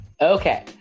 Okay